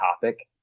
topic